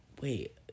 Wait